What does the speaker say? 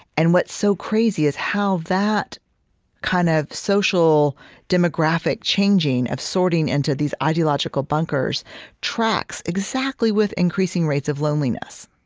and what's so crazy is how that kind of social demographic changing of sorting into those ideological bunkers tracks exactly with increasing rates of loneliness.